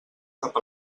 cap